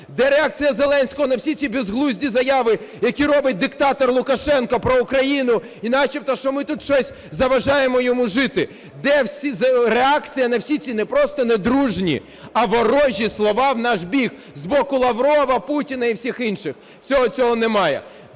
Де реакція Зеленського на всі ці безглузді заяви, які робить диктатор Лукашенко про Україну, начебто, що ми тут щось заважаємо йому жити? Де реакція на всі ці не просто не дружні, а ворожі слова в наш бік з боку Лаврова, Путіна і всіх інших? Всього цього немає.